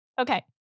Okay